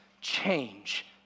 change